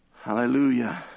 Hallelujah